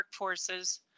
workforces